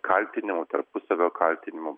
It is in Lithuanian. kaltinimų tarpusavio kaltinimų